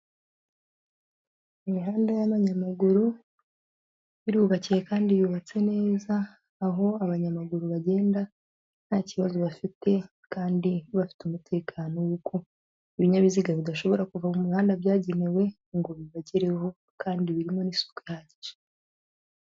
Imihanda y'abanyamaguru irubakiye kandi yubatse neza, aho abanyamaguru bagenda nta kibazo bafite, kandi bafite umutekano wuko ibinyabiziga bidashobora kuva mu muhanda byagenewe ngo bibagereho; kandi birimo n'isuku ihagije.